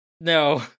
No